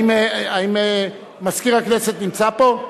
האם מזכיר הכנסת נמצא פה?